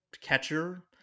catcher